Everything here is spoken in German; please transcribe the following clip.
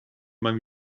beim